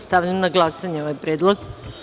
Stavljam na glasanje ovaj predlog.